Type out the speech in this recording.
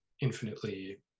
infinitely